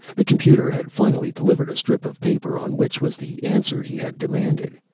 the computer had finally delivered a strip of paper on which was the answer he had demanded.